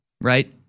right